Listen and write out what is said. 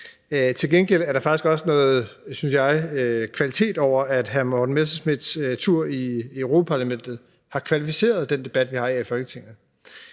Til gengæld er der faktisk også noget kvalitet, i forhold til at hr. Morten Messerschmidts tur i Europa-Parlamentet har kvalificeret den debat, vi har her i Folketinget,